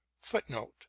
footnote